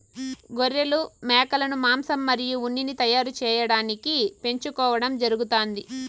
గొర్రెలు, మేకలను మాంసం మరియు ఉన్నిని తయారు చేయటానికి పెంచుకోవడం జరుగుతాంది